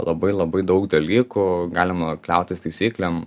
labai labai daug dalykų galima kliautis taisyklėm